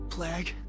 Plague